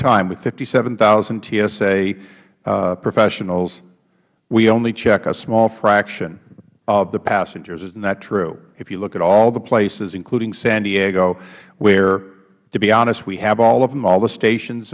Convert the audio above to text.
time with fifty seven thousand tsa professionals we only check a small fraction of the passengers isn't that true if you look at all the places including san diego where to be honest we have all of them all the stations